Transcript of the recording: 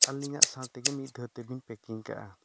ᱟᱹᱞᱤᱧᱟᱜ ᱥᱟᱶᱛᱮᱜᱮ ᱢᱤᱫ ᱫᱷᱟᱣᱛᱮᱞᱤᱧ ᱯᱮᱠᱤᱝᱠᱟᱜᱼᱟ